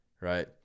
right